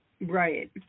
Right